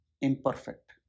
imperfect